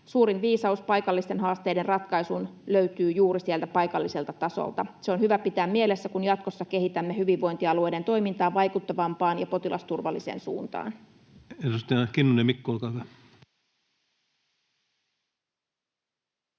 Suurin viisaus paikallisten haasteiden ratkaisuun löytyy juuri sieltä paikalliselta tasolta. Se on hyvä pitää mielessä, kun jatkossa kehitämme hyvinvointialueiden toimintaa vaikuttavampaan ja potilasturvalliseen suuntaan.